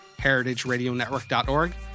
heritageradionetwork.org